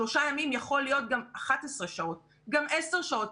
שלושה ימים יכולים להיות גם 11 שעות, גם 10 שעות.